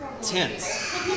Tense